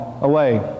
away